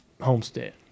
homestead